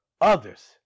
others